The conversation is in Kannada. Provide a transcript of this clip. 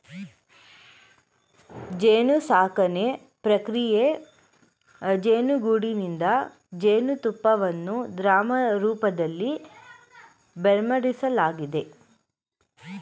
ಜೇನುಸಾಕಣೆ ಪ್ರಕ್ರಿಯೆ ಜೇನುಗೂಡಿನಿಂದ ಜೇನುತುಪ್ಪವನ್ನು ದ್ರವರೂಪದಲ್ಲಿ ಬೇರ್ಪಡಿಸಲಾಗ್ತದೆ